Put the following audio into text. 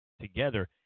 together